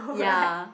ya